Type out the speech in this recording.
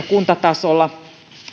kuntatasolla